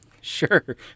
Sure